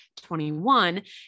21